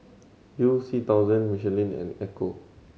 You C thousand Michelin and Ecco